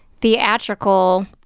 theatrical